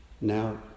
Now